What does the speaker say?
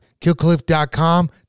Killcliff.com